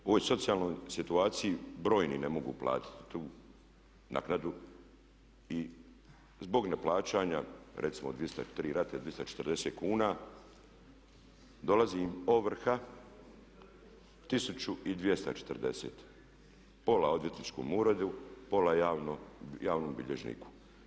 U ovoj socijalnoj situaciji brojni ne mogu platiti tu naknadu i zbog neplaćanja recimo 3 rate 240 kuna dolazi im ovrha 1240, pola odvjetničkom uredu, pola javnom bilježniku.